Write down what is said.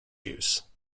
juice